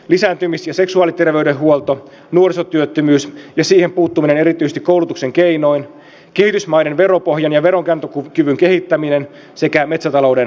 lisääntymis ja seksuaaliterveydenhuolto nuorisotyöttömyys ja siihen puuttuminen erityisesti koulutuksen keinoin kehitysmaiden veropohjan ja veronkantokyvyn kehittäminen sekä metsätalouden hankkeet